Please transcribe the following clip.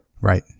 right